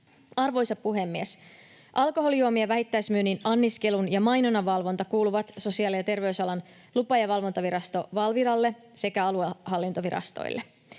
Arvoisa puhemies! Alkoholijuomien vähittäismyynnin, anniskelun ja mainonnan valvonta kuuluvat Sosiaali- ja terveysalan lupa- ja valvontavirasto Valviralle sekä aluehallintovirastoille.